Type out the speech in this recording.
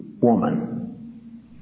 woman